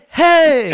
hey